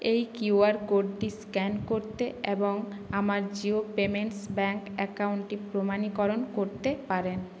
এই কিউআর কোডটি স্ক্যান করতে এবং আমার জিও পেমেন্টস ব্যাঙ্ক অ্যাকাউন্টটি প্রমাণীকরণ করতে পারেন